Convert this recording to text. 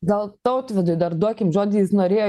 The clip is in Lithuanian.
gal tautvydui dar duokim žodį jis norėjo